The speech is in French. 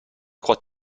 crois